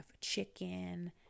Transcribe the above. chicken